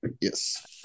Yes